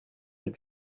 and